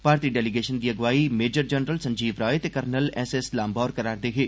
भारती delegation दी अगुवाई major general Sanjeev Rai ते कर्नल एस एस लांबा होर करा रदे हे